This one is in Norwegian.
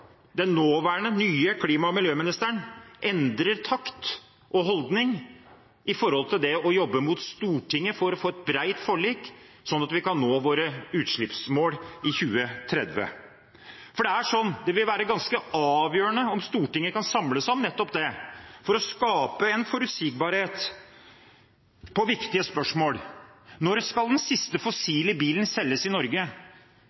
den nåværende, nye klima- og miljøministeren endrer takt og holdning til det å jobbe mot Stortinget for å få et bredt forlik, sånn at vi kan nå våre utslippsmål i 2030. Det vil være ganske avgjørende at Stortinget kan samles om nettopp dette og skape forutsigbarhet på viktige spørsmål. Når skal den siste fossile bilen selges i Norge?